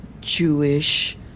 Jewish